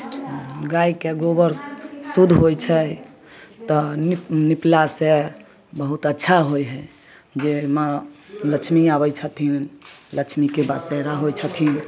गाइके गोबर शुद्ध होइ छै तऽ निप निपलासँ बहुत अच्छा होइ हइ जे माँ लक्ष्मी आबै छथिन लक्ष्मीके बसेरा होइ छथिन